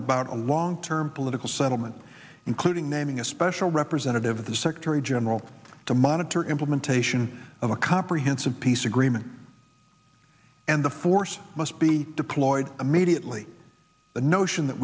about a long term political settlement including naming a special representative of the secretary general to monitor implementation of a comprehensive peace agreement and the force must be deployed immediately the notion that